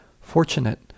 fortunate